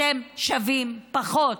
אתם שווים פחות.